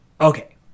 okay